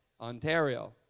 Ontario